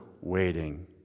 waiting